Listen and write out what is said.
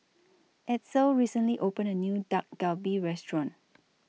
Edsel recently opened A New Dak Galbi Restaurant